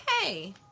hey